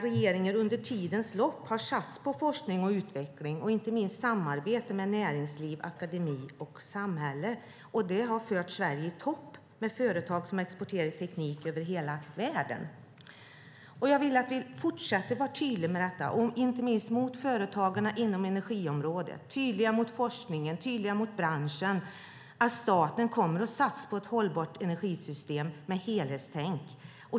Regeringen har under tidens lopp satsat på forskning och utveckling och inte minst samarbete med näringsliv, akademi och samhälle. Det har fört Sverige i topp, med företag som exporterar teknik över hela världen. Jag vill att vi fortsätter att vara tydliga med detta, inte minst mot företagen på energiområdet. Vi ska vara tydliga mot forskningen och mot branschen om att staten kommer att satsa på ett hållbart energisystem med helhetstänk.